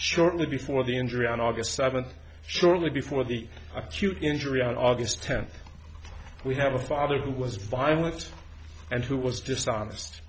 shortly before the injury on august seventh shortly before the acute injury on august tenth we have a father who was violent and who was dishonest